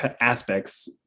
aspects